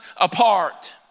apart